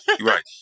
right